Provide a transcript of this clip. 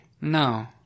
No